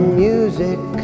music